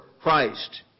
Christ